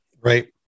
right